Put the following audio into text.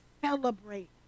celebrate